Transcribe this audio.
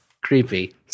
Creepy